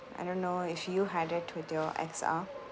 I don't know if you had it with your X_R